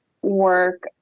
Work